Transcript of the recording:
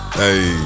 Hey